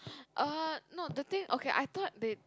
ah no the thing okay I thought they